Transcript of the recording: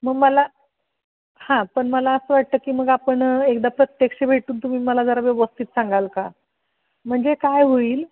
मग मला हां पण मला असं वाटतं की मग आपण एकदा प्रत्यक्ष भेटून तुम्ही मला जरा व्यवस्थित सांगाल का म्हणजे काय होईल